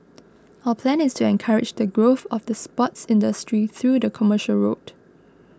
our plan is to encourage the growth of the sports industry through the commercial route